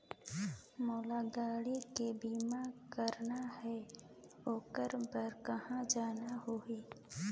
मोला गाड़ी के बीमा कराना हे ओकर बार कहा जाना होही?